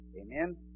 Amen